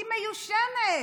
היא מיושנת.